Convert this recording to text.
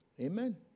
Amen